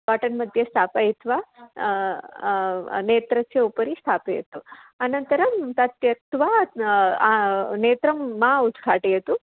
cotton मध्ये स्थापयित्वा नेत्रस्य उपरि स्थापयतु अनन्तरं तत् त्यक्त्वा नेत्रं मा उद्घाटयतु